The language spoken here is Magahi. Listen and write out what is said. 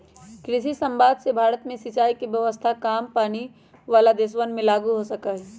कृषि समवाद से भारत में सिंचाई के व्यवस्था काम पानी वाला देशवन में लागु हो सका हई